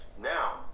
now